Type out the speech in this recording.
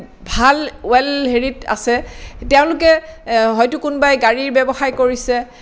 ভাল ৱেল হেৰিত আছে তেওঁলোকে হয়তো কোনোবাই গাড়ীৰ ব্যৱসায় কৰিছে